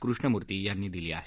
कृष्णमुर्ती यांनी दिली आहे